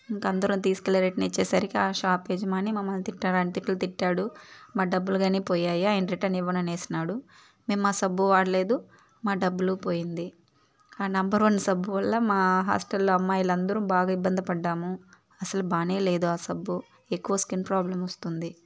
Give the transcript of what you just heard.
ఇంకా అందరం తీసుకెళ్ళి రిటర్న్ ఇచ్చేసరికి ఆ షాప్ యజమాని మమ్మల్ని తిట్టరాని తిట్టులు తిట్టాడు మా డబ్బులు గాని పోయాయి ఆయన రిటర్న్ ఇవ్వను అనేసినాడు మేము ఆ సబ్బు వాడలేదు మా డబ్బులు పోయింది ఆ నెంబర్ వన్ సబ్బు వల్ల మా హాస్టల్లో అమ్మాయిలు అందరము బాగా ఇబ్బంది పడ్డాము అసలు బాగానే లేదు ఆ సబ్బు ఎక్కువ స్కిన్ ప్రాబ్లం వస్తుంది